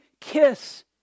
kiss